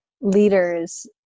leaders